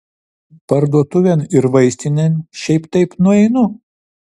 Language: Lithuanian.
parduotuvėn ir vaistinėn šiaip taip nueinu